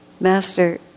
Master